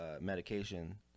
medication